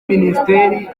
minisiteri